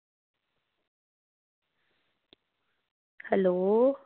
hello